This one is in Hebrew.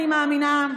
אני מאמינה,